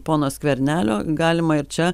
pono skvernelio galima ir čia